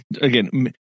again